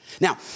Now